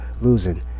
losing